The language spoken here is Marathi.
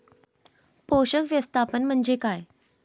पोषक व्यवस्थापन म्हणजे काय?